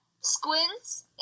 squints